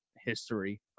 history